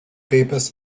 papers